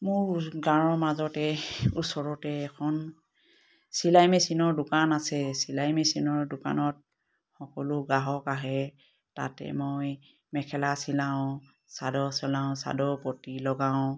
মোৰ গাঁৱৰ মাজতে ওচৰতে এখন চিলাই মেচিনৰ দোকান আছে চিলাই মেচিনৰ দোকানত সকলো গ্ৰাহক আহে তাতে মই মেখেলা চিলাওঁ চাদৰ চিলাওঁ চাদৰৰ পতি লগাওঁ